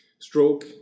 Stroke